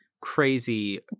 crazy